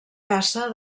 caça